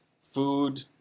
food